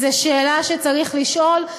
זו שאלה שצריך לשאול.